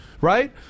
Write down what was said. right